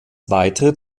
weitere